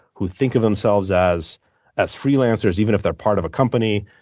who think of themselves as as freelancers, even if they're part of a company?